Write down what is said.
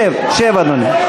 שב, אדוני.